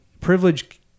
privilege